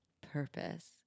purpose